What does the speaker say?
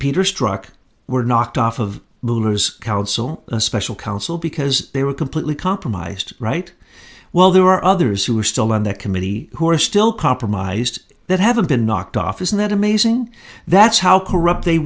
peter struck were knocked off of miller's counsel a special counsel because they were completely compromised right well there are others who are still on the committee who are still compromised that haven't been knocked off isn't that amazing that's how corrupt they